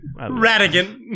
Radigan